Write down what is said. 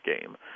game